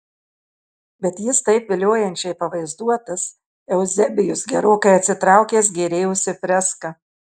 bet jis taip viliojančiai pavaizduotas euzebijus gerokai atsitraukęs gėrėjosi freska